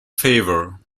favour